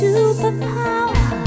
Superpower